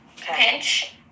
pinch